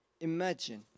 Imagine